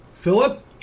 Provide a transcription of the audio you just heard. Philip